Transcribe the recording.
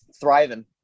thriving